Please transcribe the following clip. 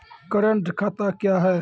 Current खाता क्या हैं?